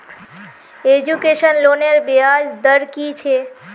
Education लोनेर ब्याज दर कि छे?